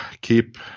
keep